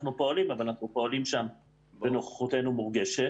פועלים אבל אנחנו פועלים גם שם ונוכחותנו מורגשת.